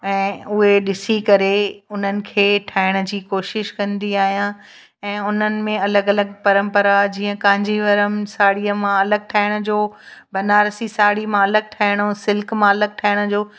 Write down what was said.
ऐं उहे ॾिसी करे हुननि खे ठाहिण जी कोशिश कंदी आहियां ऐं उन्हनि में अलॻि अलॻि परंपरा जीअं कांजीवरम साड़ीअ मां अलॻि ठाहिण जो बनारसी साड़ीअ मां अलॻि ठाहिणो सिल्क मां अलॻि ठाहिण जो